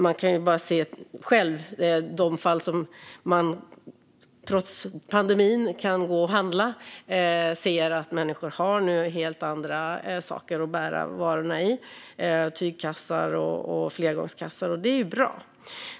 Man kan se själv, i de fall man trots pandemin kan gå och handla, att människor nu har helt andra saker att bära varorna i - tygkassar och flergångskassar. Det är ju bra.